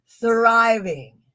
thriving